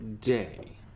day